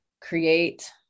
create